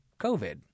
COVID